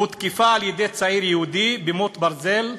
הותקפה על-ידי צעיר יהודי במוט ברזל.